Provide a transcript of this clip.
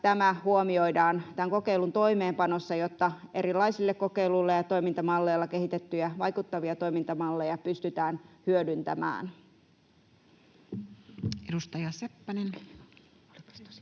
tämä huomioidaan tämän kokeilun toimeenpanossa, jotta erilaisille kokeiluille ja toimintamalleille kehitettyjä vaikuttavia toimintamalleja pystytään hyödyntämään. [Speech